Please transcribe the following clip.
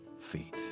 feet